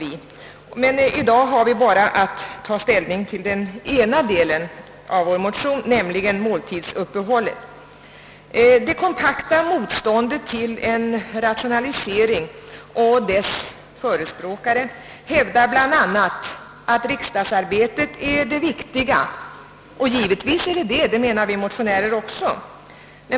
I dag har vi endast att ta ställning till den ena delen av vår motion, nämligen måltidsuppehållet. Motståndarna till rationaliseringen hävdar bl.a. att riksdagsarbetet är det viktiga, en uppfattning som också delas av oss motionärer.